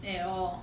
at all